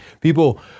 people